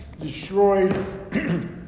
destroyed